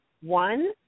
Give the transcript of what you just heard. one